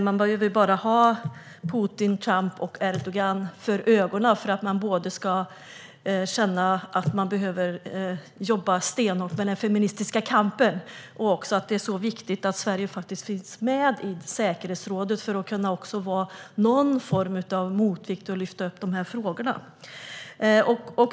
Man behöver bara se på Putin, Trump och Erdogan för att känna att man behöver jobba stenhårt med den feministiska kampen och att det är viktigt att Sverige finns med i säkerhetsrådet för att kunna utgöra någon form av motvikt och lyfta upp de här frågorna.